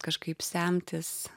kažkaip semtis